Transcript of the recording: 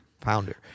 Pounder